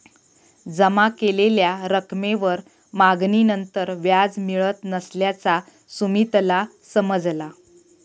जमा केलेल्या रकमेवर मागणीनंतर व्याज मिळत नसल्याचा सुमीतला समजला